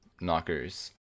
knockers